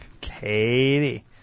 Katie